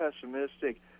pessimistic